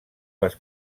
les